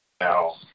now